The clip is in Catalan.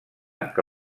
que